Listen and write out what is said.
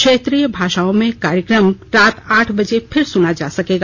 क्षेत्रीय भाषाओं में कार्यक्रम रात आठ बजे फिर सुना जा सकेगा